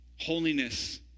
holiness